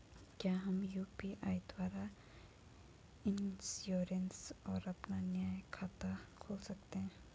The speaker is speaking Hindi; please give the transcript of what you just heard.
क्या हम यु.पी.आई द्वारा इन्श्योरेंस और अपना नया खाता खोल सकते हैं?